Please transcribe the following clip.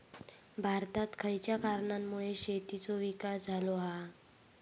भारतात खयच्या कारणांमुळे शेतीचो विकास झालो हा?